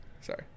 Sorry